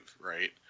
right